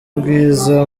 ubwiza